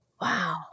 Wow